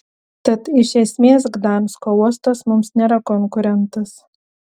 tad iš esmės gdansko uostas mums nėra konkurentas